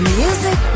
music